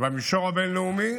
במישור הבין-לאומי,